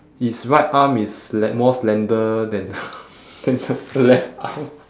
its right arm is like more slender than than the left arm